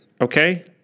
okay